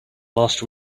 last